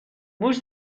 موش